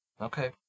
okay